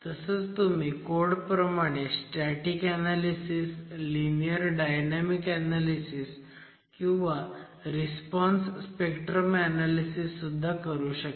तसंच तुम्ही कोड प्रमाणे static analysis linear dynamic analysis किंवा रिस्पॉन्स स्पेक्ट्रम ऍनॅलिसिस सुद्धा करू शकता